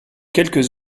quelques